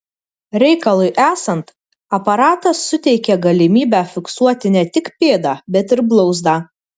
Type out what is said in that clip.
reikalui esant aparatas suteikia galimybę fiksuoti ne tik pėdą bet ir blauzdą